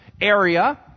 area